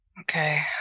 Okay